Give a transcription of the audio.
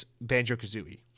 Banjo-Kazooie